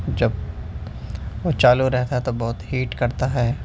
جب وہ چالو رہتا تو بہت ہیٹ کرتا ہے